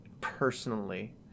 personally